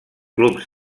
clubs